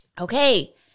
Okay